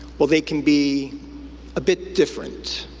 well they can be a bit different,